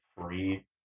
free